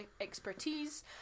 expertise